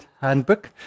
handbook